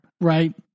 Right